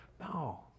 No